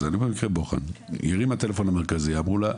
היא הרימה טלפון למרכזייה ואמרו לה,